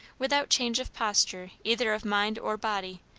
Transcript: without change of posture either of mind or body,